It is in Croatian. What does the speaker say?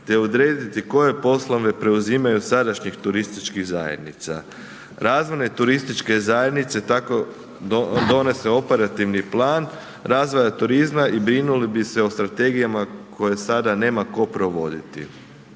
te odrediti koje poslove preuzimaju od sadašnjih turističkih zajednica. Razvojne i turističke zajednice tako donose operativni plan razvoja turizma i brinuli bi se o strategijama koje sada nema tko provoditi.